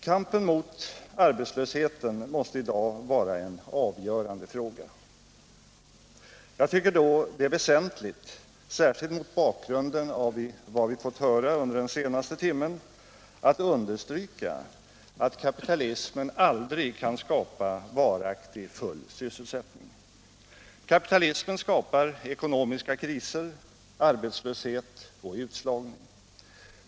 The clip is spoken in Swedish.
Kampen mot arbetslösheten måste i dag vara en avgörande fråga. Jag tycker då att det är väsentligt, särskilt mot bakgrund av vad vi fått höra under den senaste timmen, att understryka att kapitalismen aldrig kan skapa varaktig full sysselsättning. Kapitalismen skapar ekonomiska kriser, arbetslöshet och utslagning.